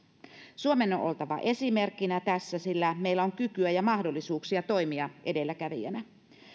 suomen on on oltava esimerkkinä tässä sillä meillä on kykyä ja mahdollisuuksia toimia edelläkävijänä